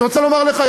אני רוצה לומר לך,